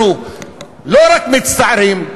אנחנו לא רק מצטערים,